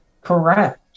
Correct